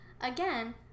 again